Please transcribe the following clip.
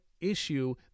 issue